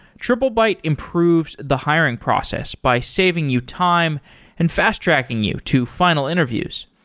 triplebyte improves the hiring process by saving you time and fast-tracking you to final interviews.